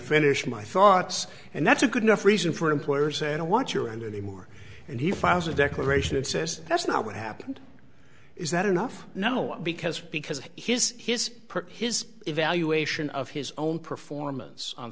finish my thoughts and that's a good enough reason for employers saying i want your and anymore and he files a declaration and says that's not what happened is that enough no because because his his his evaluation of his own performance on